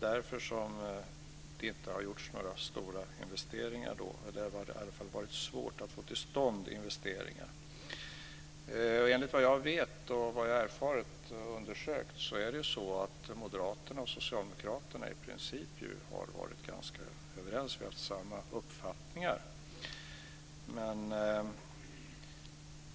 Därför har det inte gjorts några stora investeringar - det har varit svårt att få sådana till stånd. Enligt vad jag vet och har erfarit och undersökt så har Moderaterna och Socialdemokraterna i princip varit ganska överens. Vi har haft samma uppfattningar.